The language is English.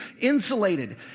insulated